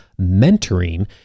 mentoring